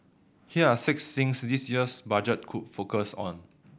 here are six things this year's Budget could focus on